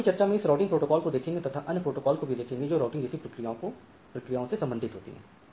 हम आगे कि चर्चा में इस राउटिंग प्रोटोकॉल को देखेंगे तथा अन्य प्रोटोकॉल को भी देखेंगे जो राउटिंग जैसी प्रक्रियाओं से संबंधित होती हैं